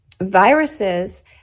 viruses